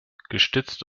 gestützt